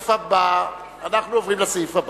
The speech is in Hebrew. לסעיף הבא: